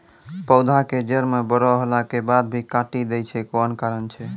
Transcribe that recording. पौधा के जड़ म बड़ो होला के बाद भी काटी दै छै कोन कारण छै?